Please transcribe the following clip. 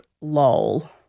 lol